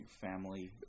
family